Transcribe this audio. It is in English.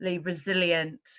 resilient